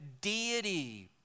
deity